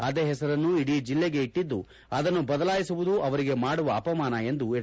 ಅದೇ ಹೆಸರನ್ನು ಇಡೀ ಜಲ್ಲೆಗೆ ಇಟ್ಟಿದ್ದು ಅದನ್ನು ಬದಲಾಯಿಸುವುದು ಅವರಿಗೆ ಮಾಡುವ ಅಪಮಾನ ಎಂದು ಎಚ್